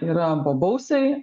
yra bobausiai